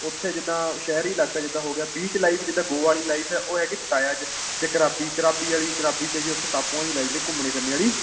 ਉੱਥੇ ਜਿੱਦਾਂ ਸ਼ਹਿਰੀ ਇਲਾਕਾ ਜਿੱਦਾਂ ਹੋ ਗਿਆ ਬੀਚ ਲਾਈਫ ਜਿੱਦਾਂ ਗੋਆ ਵਾਲੀ ਲਾਈਫ ਹੈ ਉਹ ਹੈਗੀ ਪਟਾਇਆ 'ਚ ਅਤੇ ਕਰਾਬੀ ਕਰਾਬੀ ਵਾਲੀ ਕਰਾਬੀ 'ਚ ਜੀ ਉੱਥੇ ਟਾਪੂਆਂ ਦੀ ਲਾਈ ਜਿਹੜੀ ਘੁੰਮਣ ਫਿਰਨ ਵਾਲੀ